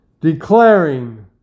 declaring